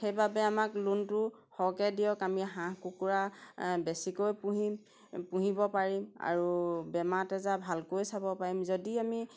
সেইবাবে আমাক লোনটো সৰহকৈ দিয়ক আমি হাঁহ কুকুৰা বেছিকৈ পুহিম পুহিব পাৰিম আৰু বেমাৰ তেজা ভালকৈ চাব পাৰিম যদি আমি